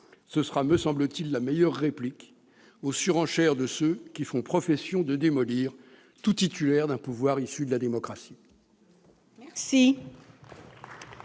Ce sera, me semble-t-il, la meilleure réplique aux surenchères de ceux qui font profession de démolir tout titulaire d'un pouvoir issu de la démocratie.